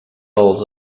els